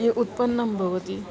ये उत्पन्नं भवति